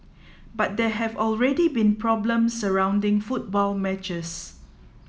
but there have already been problems surrounding football matches